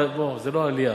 אבל זה לא עלייה,